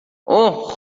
اوه